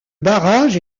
barrage